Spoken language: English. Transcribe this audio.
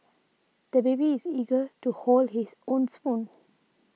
the baby is eager to hold his own spoon